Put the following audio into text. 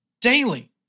daily